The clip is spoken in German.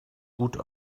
gut